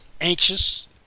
anxious